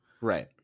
right